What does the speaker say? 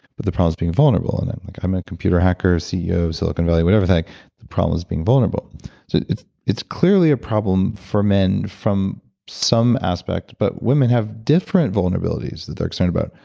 but the problem is being vulnerable. and i'm like, i'm a computer hacker, ceo, silicon valley, whatever, like the problem is being vulnerable so it's it's clearly a problem for men from some aspect, but women have different vulnerabilities that they're excited about.